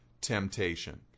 temptation